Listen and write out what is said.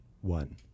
one